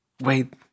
wait